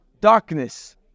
darkness